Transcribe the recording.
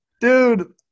Dude